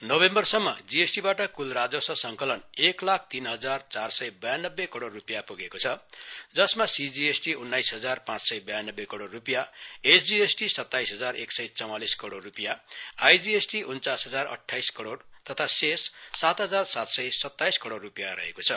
नोभेम्बरसम्म GST बाट कूल राजस्व संकलन एक लाख तीन हजार चार सय ब्यानब्बे करोड रूपियाँ पुगेको जसमा सीजीएसटी उन्नाइस हजार पाँच सय ब्यानब्बे करोड रूपियाँ एसजीएसटी सताइस हजार एक सय चवालीस करोड रूपियाँ आइजीएसटी उन्नाइस हजार अठाइस करोड तथा सेस सातहजार सातसय सताइस करोड रूपियाँ रहेको छ